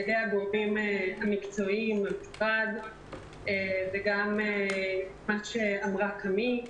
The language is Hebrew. הגורמים המקצועיים במשרד כפי שגם אמרה קאמי כהן.